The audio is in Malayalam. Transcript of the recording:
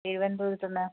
തിരുവനന്തപുരത്ത് നിന്ന്